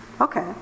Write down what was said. Okay